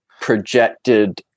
projected